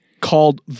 called